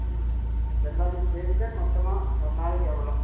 ம் எல்லாத்தையும் சேர்த்தே மொத்தமாக ஒரு நாளைக்கு எவ்வளோ